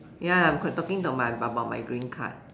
ya I'm q~ talking to my about my green card